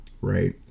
right